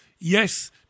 yes